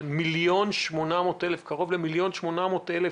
אנחנו מדברים על קרוב ל-1.8 מיליון אנשים,